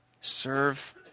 Serve